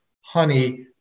honey